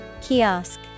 Kiosk